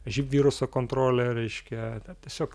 živ viruso kontrolė reiškia tiesiog